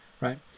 right